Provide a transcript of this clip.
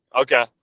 okay